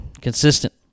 consistent